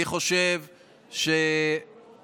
אני חושב שבסוף,